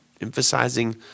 emphasizing